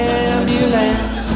ambulance